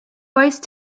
voice